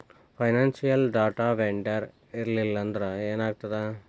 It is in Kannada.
ಫೈನಾನ್ಸಿಯಲ್ ಡಾಟಾ ವೆಂಡರ್ ಇರ್ಲ್ಲಿಲ್ಲಾಂದ್ರ ಏನಾಗ್ತದ?